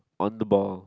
on the ball